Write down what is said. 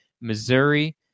Missouri